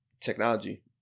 technology